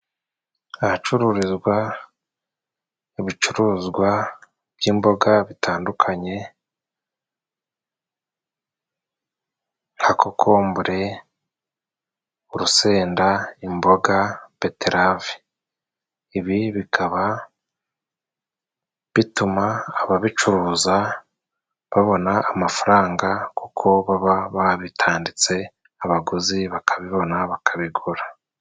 Ahacururizwa ibicuruzwa by'imboga bitandukanye nka kokombure, urusenda, imboga, beterave. Ibi bikaba bituma ababicuruza babona amafaranga kuko baba babitanditse, abaguzi bakabibona, bakabigura.